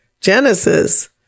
Genesis